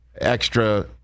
extra